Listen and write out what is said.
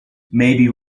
maybe